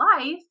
life